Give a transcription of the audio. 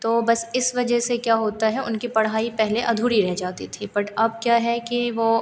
तो बस इस वजह से क्या होता है उनकी पढ़ाई पहले अधूरी रह जाती थी बट अब क्या है कि वे